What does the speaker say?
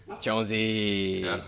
Jonesy